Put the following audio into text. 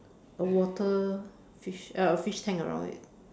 a water fish uh a fish tank around it